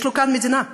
יש לו כאן מדינה,